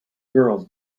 girls